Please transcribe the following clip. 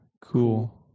cool